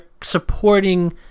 supporting